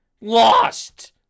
Lost